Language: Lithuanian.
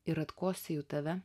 ir atkosėju tave